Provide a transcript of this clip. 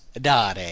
dare